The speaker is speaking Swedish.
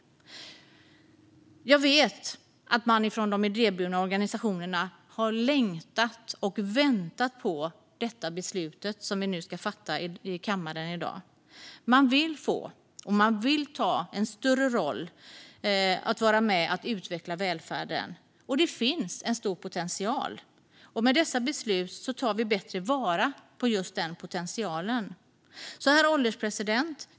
Jag vet att man från de idéburna organisationerna har längtat efter och väntat på det beslut som vi ska fatta i kammaren i dag. Man vill få - och man vill ta - en större roll i att vara med och utveckla välfärden. Det finns en stor potential, och med dessa beslut tar vi bättre vara på just den potentialen. Herr ålderspresident!